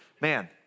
man